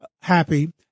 happy